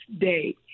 day